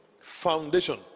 foundation